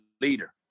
Leader